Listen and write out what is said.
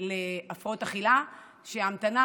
מחלקות ייעודיות להפרעות אכילה, וההמתנה